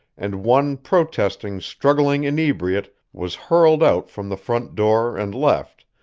and one protesting, struggling inebriate was hurled out from the front door and left,